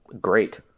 great